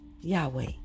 Yahweh